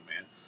man